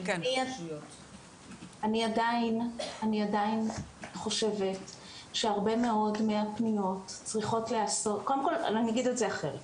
אני עדיין חושבת שהרבה מאוד מהפניות צריכות להיעשות אגיד אחרת.